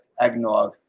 Eggnog